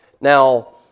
Now